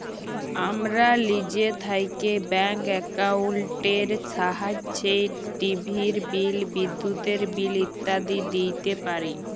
আমরা লিজে থ্যাইকে ব্যাংক একাউল্টের ছাহাইয্যে টিভির বিল, বিদ্যুতের বিল ইত্যাদি দিইতে পারি